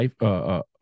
life